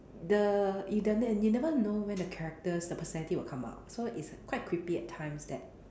the you never know when the characters the personality will come out so it's quite creepy at times that